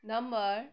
number